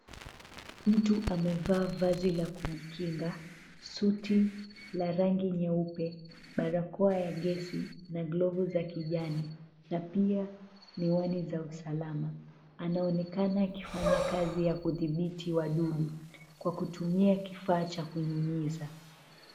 Mtu amevaa vazi la kujikinga suti la rangi nyeupe, barakoa ya gesi na glovu za kijani na pia miwani za usalama anaonekana akifanya kazi ya kudhibiti wadudu kwa kutumia kifaa cha kunyunyiza.